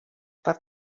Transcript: per